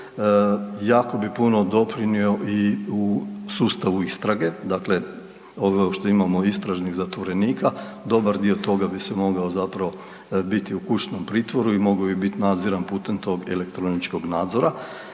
jako bi puno doprinjeo i u sustavu istrage, dakle ovo što imamo istražnih zatvorenika, dobar dio toga bi se mogao zapravo biti u kućnom pritvoru i mogao bi biti nadziran putem tog elektroničkog nadzora.